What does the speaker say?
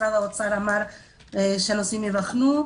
משרד האוצר אמר שהנושאים ייבחנו.